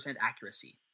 accuracy